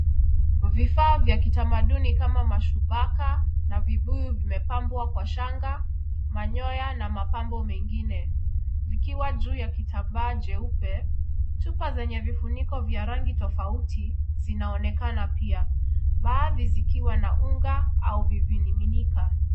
Vifaa vya kitamaduni kama mashubaka na vibuyu vimepambwa kwa shanga, manyoya na mapambo mengine, vikiwa juu ya kitambaa jeupe. Chupa zenye vifuniko vya rangi tofauti zinaonekana pia. Baadhi zikiwa na unga au vimiminika.